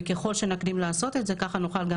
וככל שנקדים לעשות את זה ככה נוכל גם